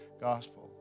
gospel